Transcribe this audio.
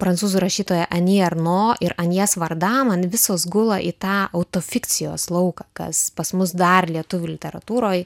prancūzų rašytoja ani arno ir anjes varda man visos gula į tą autofikcijos lauką kas pas mus dar lietuvių literatūroj